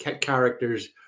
characters